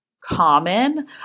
common